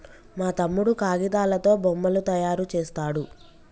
మా తమ్ముడు కాగితాలతో బొమ్మలు తయారు చేస్తాడు